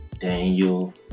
daniel